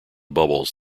bubbles